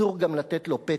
אסור גם לתת לו פתק.